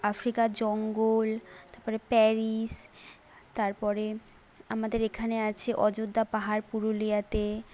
আফ্রিকার জঙ্গল তারপরে প্যারিস তারপরে আমাদের এখানে আছে অযোধ্যা পাহাড় পুরুলিয়াতে